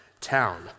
town